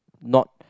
not